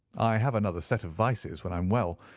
i have another set of vices when i'm well,